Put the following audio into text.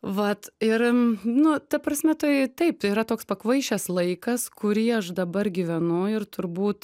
vat ir nu ta prasme toj taip yra toks pakvaišęs laikas kurį aš dabar gyvenu ir turbūt